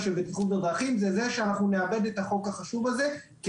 ושל בטיחות בדרכים זה שאנו נאבד את החוק החשוב הזה כי